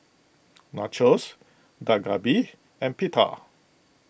Nachos Dak Galbi and Pita